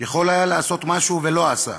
יכול היה לעשות משהו ולא עשה,